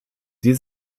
die